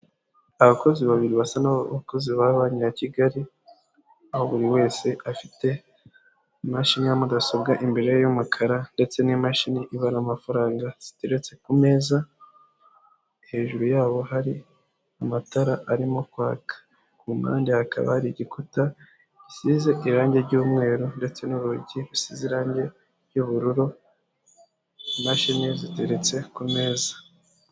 Abakozi babiri basa n'abakozi ba banki ya kigali aho buri wese afite imashini ya mudasobwa imbereye y'umukara ndetse n'imashini ibara amafaranga ziteretse ku meza hejuru yabo hari amatara arimo kwaka ku mpande hakaba hari igikuta gisize irangi ry'umweru ndetse n'urugi rusize irangi ry'bururu imashini ziteretse ku meza .